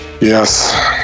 Yes